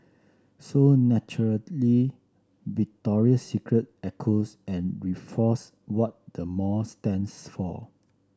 so naturally Victoria's Secret echoes and reinforce what the mall stands for